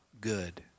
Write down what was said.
good